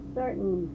certain